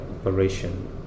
operation